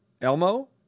Elmo